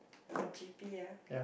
for g_p ah